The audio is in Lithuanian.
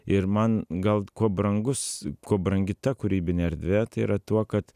ir man gal kuo brangus kuo brangi ta kūrybinė erdvė tai yra tuo kad